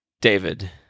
David